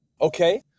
Okay